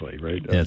right